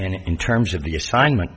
and in terms of the assignment